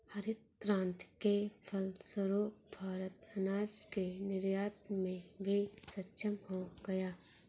हरित क्रांति के फलस्वरूप भारत अनाज के निर्यात में भी सक्षम हो गया